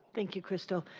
thank you crystal.